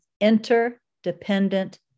interdependent